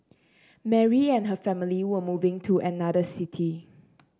Mary and her family were moving to another city